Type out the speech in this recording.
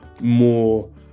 more